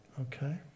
Okay